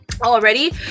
already